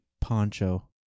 poncho